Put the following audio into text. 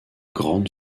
grande